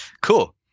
Cool